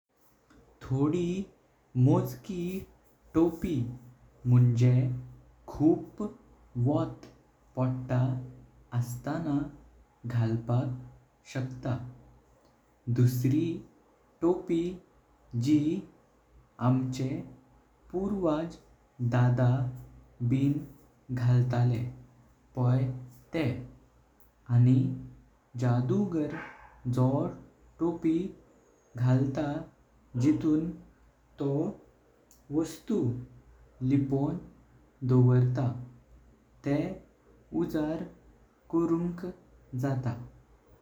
थोडी मोजकी टोपी मुञ्हे खूप वट पळता अस्ताना घालपाक शकता दुसरी टोपी जी आमचे पुजव दादा बिन घालतले पोय। तेह आणि जादूगर जो टोपी घालतां जितुं तो वस्तु लिपों दोवरता तेह उजार करुंक जाता।